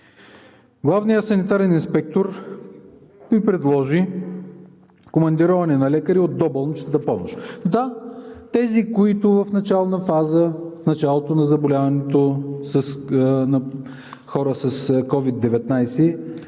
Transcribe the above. Главният санитарен инспектор Ви предложи командироване на лекари от доболничната помощ. Да, тези, които в начална фаза, в началото на заболяването на хора с COVID-19